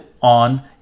on